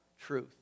truth